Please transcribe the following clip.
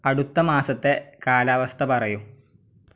അടുത്ത മാസത്തെ കാലാവസ്ഥ പറയൂ